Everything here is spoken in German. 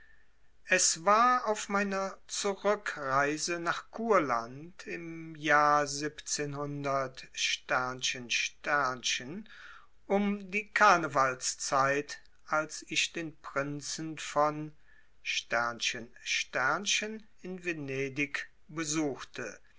es war auf meiner zurückreise nach kurland im jahr um die karnevalszeit als ich den prinzen von in venedig besuchte